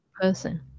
person